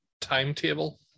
timetable